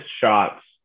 shots